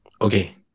Okay